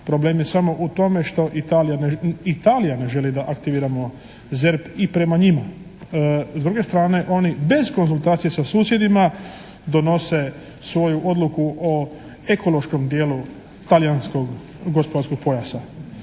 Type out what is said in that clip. Problem je samo u tome što Italija ne želi da aktiviramo ZERP i prema njima. S druge strane, oni bez konzultacije sa susjedima donose svoju odluku o ekološkom dijelu talijanskog gospodarskog pojasa.